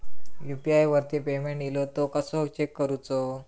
UPI वरती payment इलो तो कसो चेक करुचो?